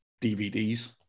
DVDs